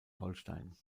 holstein